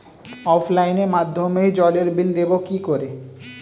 অফলাইনে মাধ্যমেই জলের বিল দেবো কি করে?